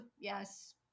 Yes